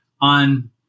on